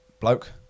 bloke